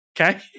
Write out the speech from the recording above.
Okay